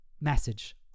message